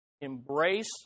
Embrace